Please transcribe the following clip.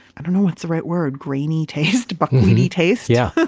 i don't know what's the right word, grainy taste, buckwheaty taste, yeah but